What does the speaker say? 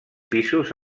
pisos